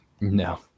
No